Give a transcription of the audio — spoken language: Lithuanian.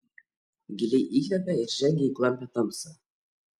giliai įkvepia ir žengia į klampią tamsą